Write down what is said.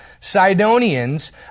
Sidonians